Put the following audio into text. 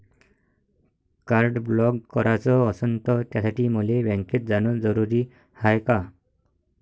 Card block कराच असनं त त्यासाठी मले बँकेत जानं जरुरी हाय का?